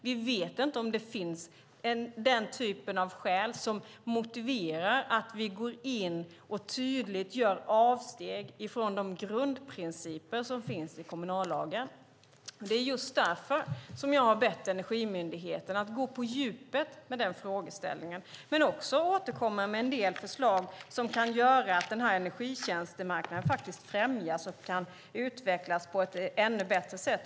Vi vet inte om det finns den typ av skäl som motiverar att vi går in och tydligt gör avsteg från de grundprinciper som finns i kommunallagen. Det är just därför jag har bett Energimyndigheten att gå på djupet med frågeställningen men att också återkomma med en del förslag som kan göra att energitjänstemarknaden främjas och kan utvecklas på ett ännu bättre sätt.